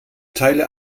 teile